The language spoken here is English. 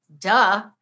duh